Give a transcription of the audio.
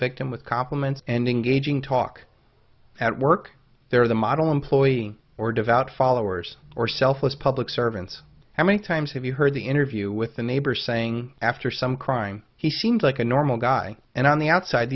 with compliments and engaging talk at work they are the model employing or devout followers or selfless public servants how many times have you heard the interview with the neighbor saying after some crime he seems like a normal guy and on the outside